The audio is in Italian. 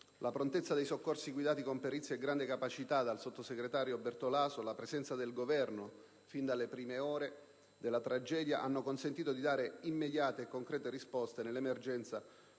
La prontezza dei soccorsi, guidati con perizia e grande capacità dal sottosegretario Bertolaso e la presenza del Governo fin dalle prime ore della tragedia hanno consentito di dare immediate e concrete risposte all'emergenza,